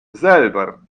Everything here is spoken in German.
selber